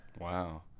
Wow